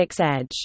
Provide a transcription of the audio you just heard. Edge